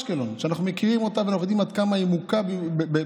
שאנחנו מכירים אותה ואנחנו יודעים עד כמה היא מוכה בירי,